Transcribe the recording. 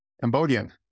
Cambodian